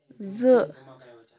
زٕ